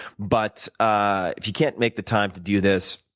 but ah if you can't make the time to do this,